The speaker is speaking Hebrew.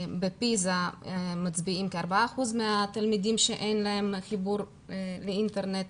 בפיזה מצביעים על כ-4 אחוזים מהתלמידים שאין להם חיבור לאינטרנט,